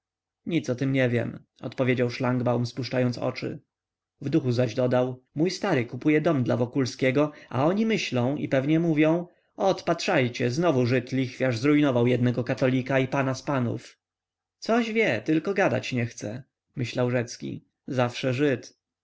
nic o tem nie wiem odpowiedział szlangbaum spuszczając oczy w duchu zaś dodał mój stary kupuje dom dla wokulskiego a oni myślą i pewnie mówią ot patrzajcie znowu żyd lichwiarz zrujnował jednego katolika i pana z panów coś wie tylko gadać nie chce myślał rzecki zawsze żyd